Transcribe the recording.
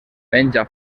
menja